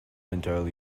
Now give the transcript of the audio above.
entirely